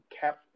cap